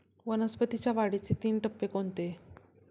वनस्पतींच्या वाढीचे तीन टप्पे कोणते?